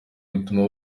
bituma